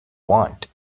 want